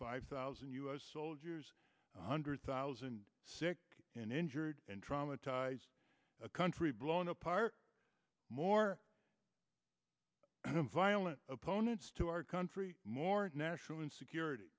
five thousand us soldiers one hundred thousand sick and injured and traumatized a country blown apart more violent opponents to our country more national insecurity